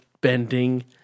bending